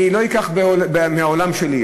אני לא אקח מהעולם שלי,